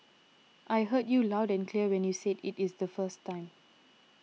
I heard you loud and clear when you said it is the first time